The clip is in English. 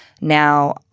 now